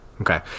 Okay